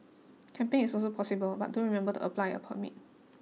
camping is also possible but do remember to apply a permit